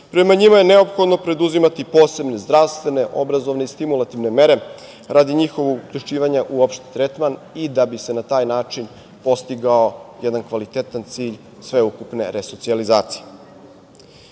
Prema njima je neophodno preduzimati posebne zdravstvene, obrazovne i stimulativne mere radi njihovog uključivanja u opšti tretman i da bi se na taj način postigao jedan kvalitetan cilj sveukupne resocijalizacije. Prema